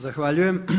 Zahvaljujem.